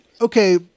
Okay